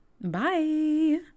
bye